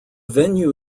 venue